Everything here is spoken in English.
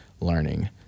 learning